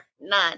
None